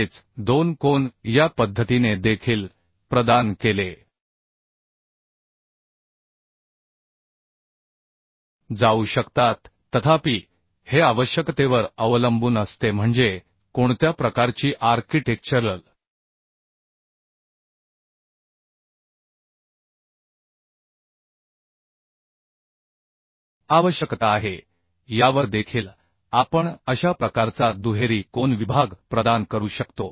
तसेच दोन कोन या पद्धतीने देखील प्रदान केले जाऊ शकतात तथापि हे आवश्यकतेवर अवलंबून असते म्हणजे कोणत्या प्रकारची आर्किटेक्चरल आवश्यकता आहे यावर देखील आपण अशा प्रकारचा दुहेरी कोन विभाग प्रदान करू शकतो